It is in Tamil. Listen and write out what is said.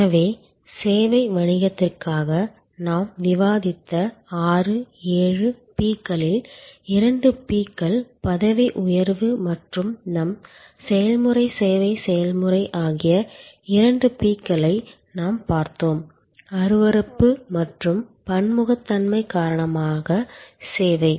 எனவே சேவை வணிகத்திற்காக நாம் விவாதித்த 6 7 P களில் இரண்டு P க்கள் பதவி உயர்வு மற்றும் நம் செயல்முறை சேவை செயல்முறை ஆகிய இரண்டு P களை நாம் பார்த்தோம் அருவருப்பு மற்றும் பன்முகத்தன்மை காரணமாக சேவை